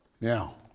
Now